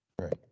Right